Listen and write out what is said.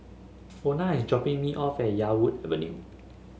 Ona is dropping me off at Yarwood Avenue